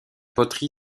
poterie